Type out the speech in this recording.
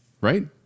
Right